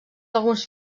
alguns